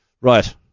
Right